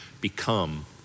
become